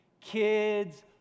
Kids